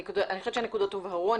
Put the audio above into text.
אני חושבת שהנקודות הובהרו.